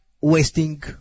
wasting